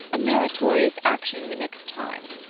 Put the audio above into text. a meritorious action in the nick of time.